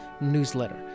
newsletter